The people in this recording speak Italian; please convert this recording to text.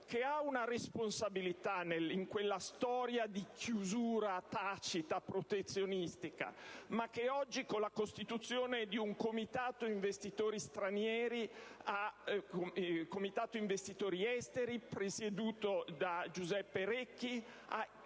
qualche responsabilità in quella storia di chiusura tacita protezionistica. Con la costituzione di un comitato investitori esteri presieduto da Giuseppe Recchi,